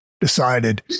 decided